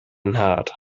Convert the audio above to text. nhad